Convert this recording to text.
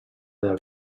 del